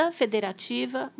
federativa